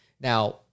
Now